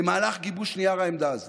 במהלך גיבוש נייר העמדה הזה